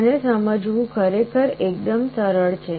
તેને સમજવું ખરેખર એકદમ સરળ છે